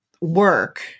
work